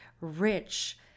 rich